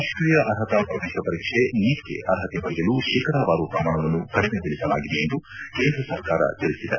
ರಾಷ್ಟೀಯ ಅರ್ಹತಾ ಪ್ರವೇಶ ಪರೀಕ್ಷೆ ನೀಟ್ಗೆ ಅರ್ಹತೆ ಪಡೆಯಲು ಶೇಕಡವಾರು ಪ್ರಮಾಣವನ್ನು ಕೆಡಿಮೆಗೊಳಿಸಲಾಗಿದೆ ಎಂದು ಕೇಂದ್ರ ಸರ್ಕಾರ ತಿಳಿಸಿದೆ